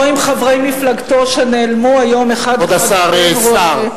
או עם חברי מפלגתו שנעלמו היום אחד אחד ובאין רואה,